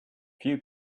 few